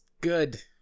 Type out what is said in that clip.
good